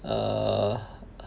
err